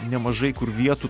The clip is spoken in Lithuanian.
nemažai kur vietų